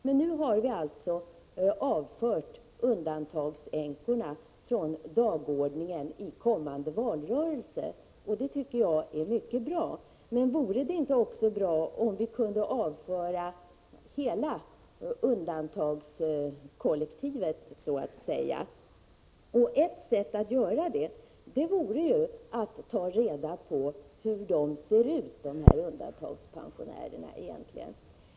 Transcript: Men nu har vi alltså avfört de s.k. undantagandeänkorna från dagordningen i kommande valrörelse, och det tycker jag är mycket bra. Men vore det inte också bra om vi kunde avföra hela ”undantagandekollektivet”? Ett sätt att göra det vore att ta reda på vad som egentligen gäller för undantagandepensionärerna.